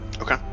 Okay